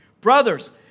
Brothers